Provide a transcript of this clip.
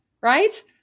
right